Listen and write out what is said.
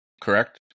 Correct